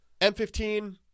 M15